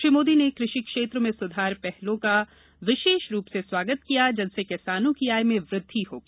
श्री मोदी ने कृषि क्षेत्र में सुधार पहलों का विशेष रूप से स्वागत किया जिनसे किसानों की आय में वृद्धि होगी